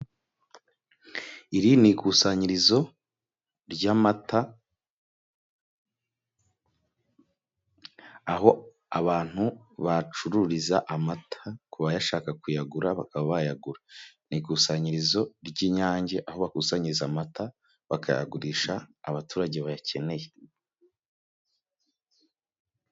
Iri ni ikusanyirizo ry'amata, aho abantu bacururiza amata ku bayashaka kuyagura bakaba bayagura. Ni ikusanyirizo ry'Inyange, aho bakusanyiriza amata bakayagurisha abaturage bayakeneye.